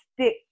stick